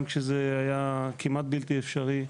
גם כשזה היה כמעט בלתי אפשרי.